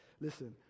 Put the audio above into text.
Listen